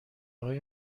های